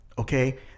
Okay